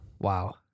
Wow